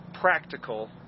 practical